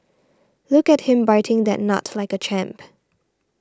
look at him biting that nut like a champ